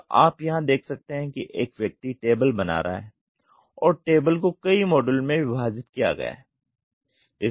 तो आप यहां देख सकते हैं कि एक व्यक्ति टेबल बना रहा है और टेबल को कई मॉड्यूल में विभाजित किया गया है